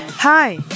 Hi